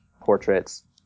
portraits